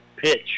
Pitch